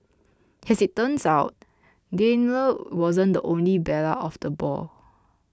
as it turns out Daimler wasn't the only belle of the ball